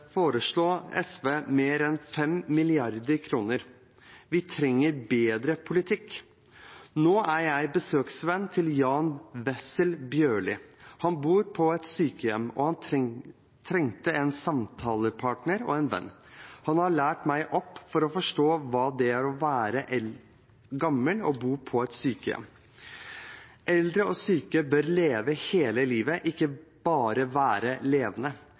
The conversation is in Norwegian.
SV å bruke mer enn 5 mrd. kr. Vi trenger bedre politikk. Nå er jeg besøksvenn til Jan Wessel Bjørlin. Han bor på et sykehjem, og han trengte en samtalepartner og en venn. Han har lært meg å forstå hva det er å være gammel og bo på et sykehjem. Eldre og syke bør leve hele livet, ikke bare være levende.